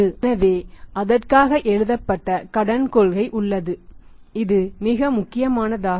எனவே அதற்காக எழுதப்பட்ட கடன் கொள்கை உள்ளது இது மிக முக்கியமானதாகும்